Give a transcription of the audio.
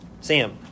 Sam